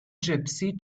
gypsy